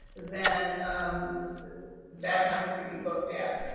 then um that that has to be looked at.